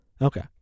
Okay